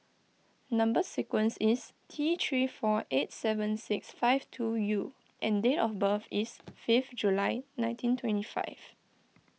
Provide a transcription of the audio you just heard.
Number Sequence is T three four eight seven six five two U and date of birth is fifth July nineteen twenty five